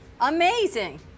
Amazing